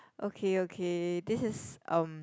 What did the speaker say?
okay okay this is um